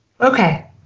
okay